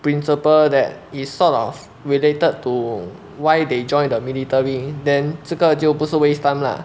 principle that is sort of related to why they joined the military then 这个就不是 waste time lah